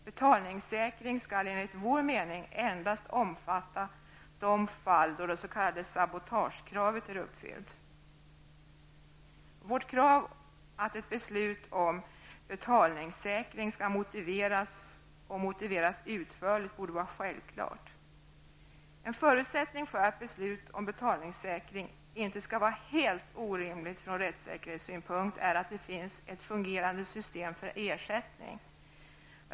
Betalningssäkring skall enligt vår mening endast omfatta de fall då det s.k. sabotagekravet är uppfyllt. Vårt krav att ett beslut om betalningssäkring skall motiveras utförligt borde vara självklart. En förutsättning för att beslut om betalningssäkring inte skall vara helt orimlig från rättssäkerhetssynpunkt är att det finns ett fungerande system för ersättning.